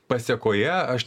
pasekoje aš